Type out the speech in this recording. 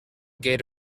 gate